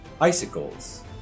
icicles